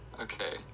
Okay